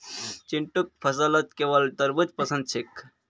चिंटूक फलत केवल तरबू ज पसंद छेक